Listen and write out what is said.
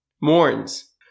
mourns